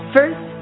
First